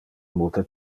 multe